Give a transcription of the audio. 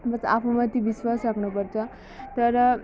मतलब आफूमाथि विश्वास राख्नुपर्छ तर